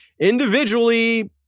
Individually